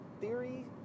theory